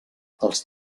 els